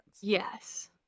Yes